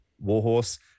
Warhorse